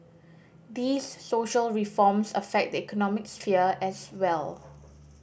these social reforms affect the economic sphere as well